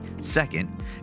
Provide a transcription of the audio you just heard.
Second